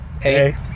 Hey